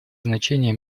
значение